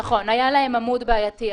נכון, היה להם עמוד בעייתי.